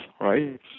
right